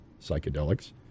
psychedelics